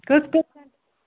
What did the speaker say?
کٔژ پٔرسَنٛٹ